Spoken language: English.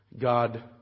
God